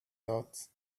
dots